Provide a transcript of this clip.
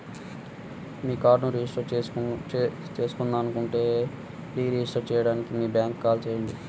మీ కార్డ్ను రిజిస్టర్ చేయకూడదనుకుంటే deregister చేయడానికి మీ బ్యాంక్కు కాల్ చేయండి